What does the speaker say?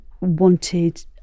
wanted